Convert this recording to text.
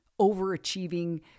overachieving